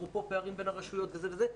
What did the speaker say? אפרופו פערים בין רשויות וזה וזה,